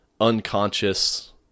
unconscious